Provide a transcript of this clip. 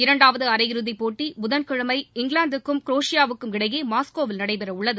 இரண்டாவது அரையிறுதிப் போட்டி புதன்கிழமை இங்கிலாந்துக்கும் குரேஷியாவுக்கும் இடையே மாஸ்கோவில் நடைபெற உள்ளது